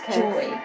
joy